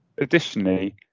Additionally